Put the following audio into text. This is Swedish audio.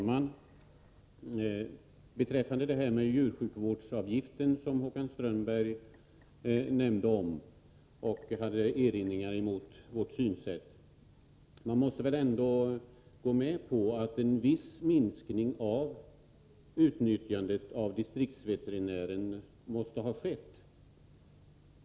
Herr talman! Håkan Strömberg nämnde om och hade erinringar emot vårt synsätt beträffande djursjukvårdsavgiften. Man måste väl ändå kunna medge att en viss minskning av utnyttjandet av distriktsveterinären måste ha skett.